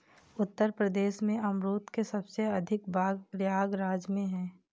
उत्तर प्रदेश में अमरुद के सबसे अधिक बाग प्रयागराज में है